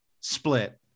split